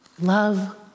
Love